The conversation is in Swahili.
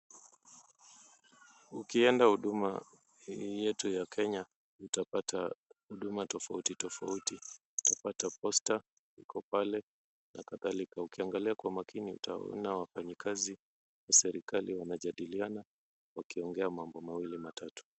Ukienda huduma hii yetu ya Kenya utapata huduma tofauti tofauti. Utapata Posta iko pale na kadhalika. Ukiangalia kwa umakini utaona wafanyikazi wa serikali wanajadiliana wakiongea mambo mawili matatu.